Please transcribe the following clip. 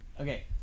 okay